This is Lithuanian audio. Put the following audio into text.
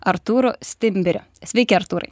artūru stimbiriu sveiki artūrai